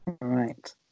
Right